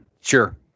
sure